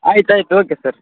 ಆಯ್ತು ಆಯಿತು okay sir